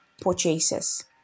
purchases